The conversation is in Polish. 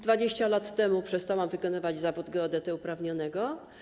20 lat temu przestałam wykonywać zawód geodety uprawnionego.